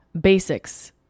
basics